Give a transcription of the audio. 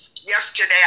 Yesterday